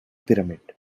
pyramid